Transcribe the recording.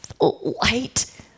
light